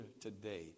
today